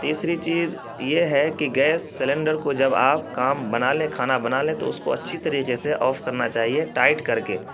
تیسری چیز یہ ہے کہ گیس سلینڈر کو جب آپ کام بنا لیں کھانا بنا لیں تو اس کو اچھی طریقے سے آف کرنا چاہیے ٹائٹ کر کے